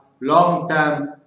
long-term